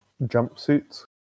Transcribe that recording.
jumpsuits